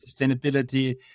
sustainability